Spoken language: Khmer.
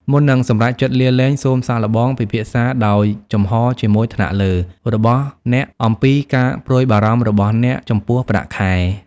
មុននឹងសម្រេចចិត្តលាលែង សូមសាកល្បង ពិភាក្សាដោយចំហរជាមួយថ្នាក់លើ របស់អ្នកអំពីការព្រួយបារម្ភរបស់អ្នកចំពោះប្រាក់ខែ។